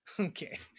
Okay